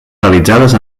realitzades